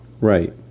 Right